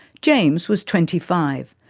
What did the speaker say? james was twenty five,